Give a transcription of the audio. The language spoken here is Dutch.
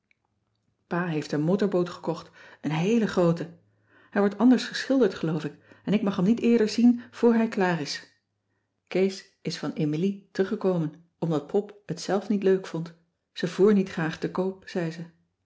pa heeft een motorboot gekocht een heele groote hij wordt anders geschilderd geloof ik en ik mag hem niet eerder zien voor hij klaar is kees is van emilie teruggekomen omdat pop het zelf niet leuk vond ze voer niet graag te koop zei ze